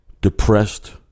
depressed